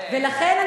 ולכן,